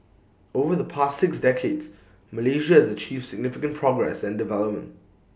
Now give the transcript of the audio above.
over the past six decades Malaysia has achieved significant progress and development